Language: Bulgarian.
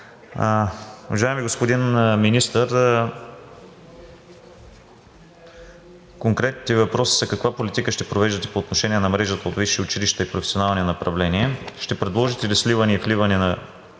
Уважаеми господин Министър, конкретните въпроси са: каква политика ще провеждате по отношение на мрежата от висши училища и професионални направления. Ще предложите ли сливане и вливане на